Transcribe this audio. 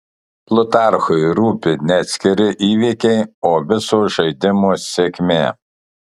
plutarchui rūpi ne atskiri įvykiai o viso žaidimo sėkmė